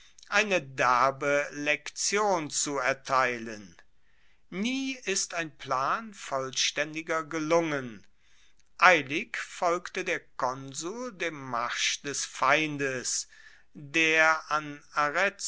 eine derbe lektion zu erteilen nie ist ein plan vollstaendiger gelungen eilig folgte der konsul dem marsch des feindes der an arezzo